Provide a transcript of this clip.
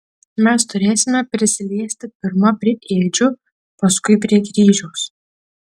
mes turėsime prisiliesti pirma prie ėdžių paskui prie kryžiaus